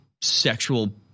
sexual